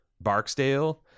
Barksdale